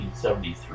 1973